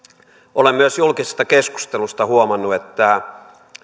olen myös julkisesta keskustelusta huomannut että